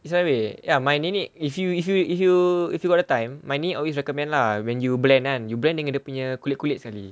it's right way ya my ni if you if you if you if you got the time my ni always recommend lah when you blend kan you blend dengan dia punya kulit-kulit sekali